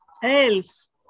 else